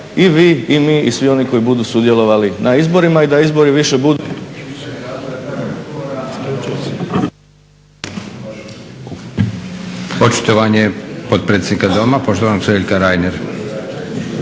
i vi i mi i svi oni koji budu sudjelovali na izborima i da izbori više budu